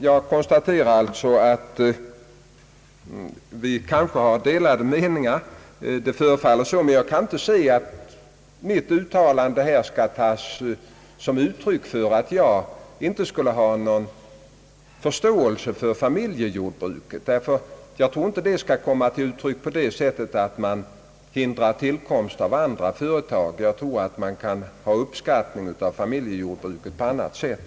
Jag konstaterar alltså att vi kanske har delade meningar — det förefaller onekligen så — men jag kan inte se att mitt uttalande kan tagas som uttryck för att jag inte har någon förståelse för familjejordbruket. Jag tror inte att ett sådant intresse skall komma till uttryck på det sättet att man hindrar tillkomst av andra företag — man kan visa sin uppskattning av familjejordbruket på annat sätt.